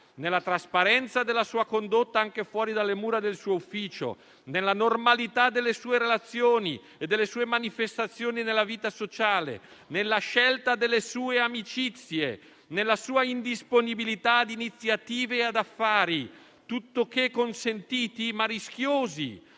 nella trasparenza della sua condotta anche fuori delle mura del suo ufficio, nella normalità delle sue relazioni e delle sue manifestazioni nella vita sociale, nella scelta delle sue amicizie, nella sua indisponibilità ad iniziative e ad affari, tuttoché consentiti ma rischiosi,